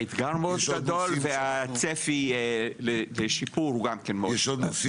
האתגר מאוד גדול, והצפי לשיפור גם מאוד גדול.